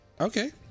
Okay